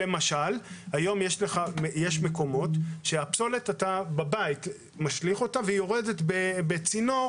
היום יש מקומות שהפסולת שאתה משליך בבית יורדת בצינור,